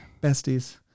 Besties